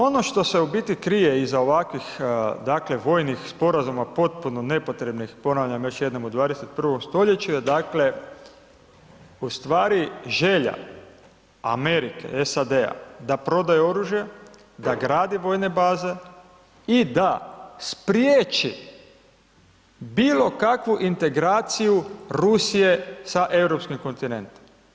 Ono što se u biti krije iza ovakvih, dakle, vojnih sporazuma, potpuno nepotrebnih, ponavljam još jednom u 21. stoljeću je dakle, u stvari želja Amerike, SAD-a da prodaju oružje, da gradi vojne baze i da spriječi bilo kakvu integraciju Rusije sa europskim kontinentom.